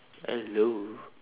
hello